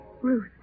Ruth